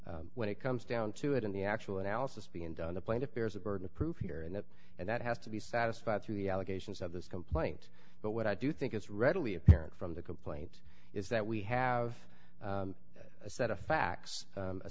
record when it comes down to it in the actual analysis being done the plaintiff there is a burden of proof here and that and that has to be satisfied through the allegations of this complaint but what i do think is readily apparent from the complaint is that we have a set of facts